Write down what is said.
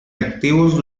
activos